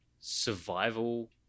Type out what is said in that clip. survival